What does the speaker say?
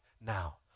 now